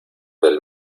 del